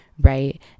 right